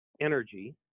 energy